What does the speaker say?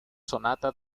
sonata